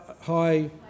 high